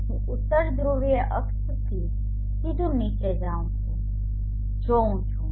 હું ઉત્તર ધ્રુવીય અક્ષથી સીધો નીચે જોઉં છું